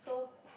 so